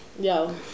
yo